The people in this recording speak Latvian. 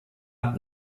tad